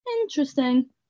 Interesting